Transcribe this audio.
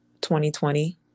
2020